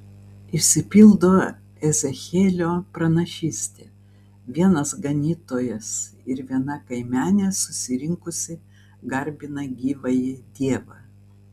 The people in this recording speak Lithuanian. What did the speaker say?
išsipildo ezechielio pranašystė vienas ganytojas ir viena kaimenė susirinkusi garbina gyvąjį dievą